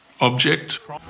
object